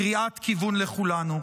קריאת כיוון לכולנו.